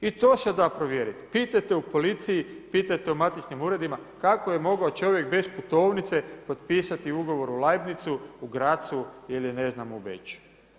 I to se da provjeriti, pitajte u policiji, pitajte u matičnim uredima, kako je mogao čovjek bez putovnice potpisati ugovoru u Liebnizu u Grazu ili ne znam u Beču?